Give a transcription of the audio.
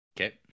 okay